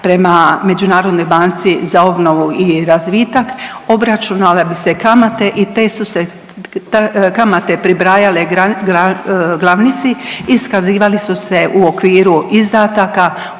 prema Međunarodnoj banci za obnovu i razvitak, obračunale bi se kamate i te su se, kamate pribrajale glavnici i iskazivali su se u okviru izdataka